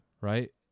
right